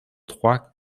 trois